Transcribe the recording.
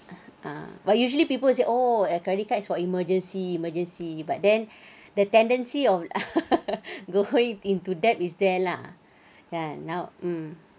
ah but usually people say oh credit cards is for emergency emergency but then the tendency of go into debt is there lah ya now mm